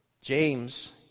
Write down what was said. James